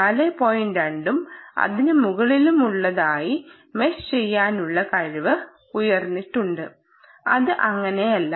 2 ഉം അതിനുമുകളിലുള്ളതുമായി മെഷ് ചെയ്യാനുള്ള കഴിവ് ഉയർന്നിട്ടുണ്ട് അത് അങ്ങനെയല്ല